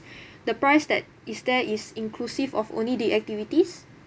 the price that is there is inclusive of only the activities